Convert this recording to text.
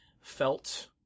felt